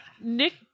Nick